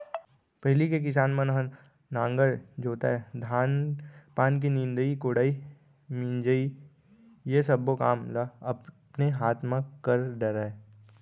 पहिली के किसान मन ह नांगर जोतय, धान पान के निंदई कोड़ई, मिंजई ये सब्बो काम ल अपने हाथ म कर डरय